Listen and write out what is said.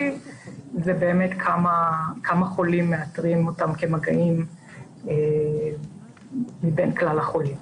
זה באמת כמה חולים מאתרים אותם כמגעים בין כלל החולים.